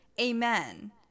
amen